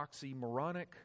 oxymoronic